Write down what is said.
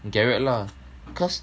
gerard lah cause